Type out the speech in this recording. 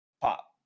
pop